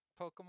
Pokemon